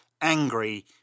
angry